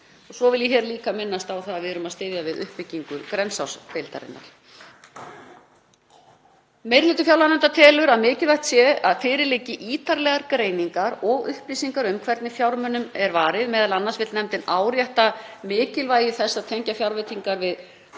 Svo vil ég líka minnast á það að við erum að styðja við uppbyggingu Grensásdeildarinnar. Meiri hluti fjárlaganefndar telur að mikilvægt sé að fyrir liggi ítarlegar greiningar og upplýsingar um hvernig fjármunum er varið. Meðal annars vill nefndin árétta mikilvægi þess að tengja fjárveitingar við